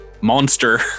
monster